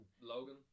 Logan